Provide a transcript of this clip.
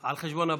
על חשבון הבית.